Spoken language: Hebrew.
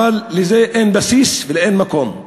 אבל לזה אין בסיס ואין מקום,